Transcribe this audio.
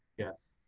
yes,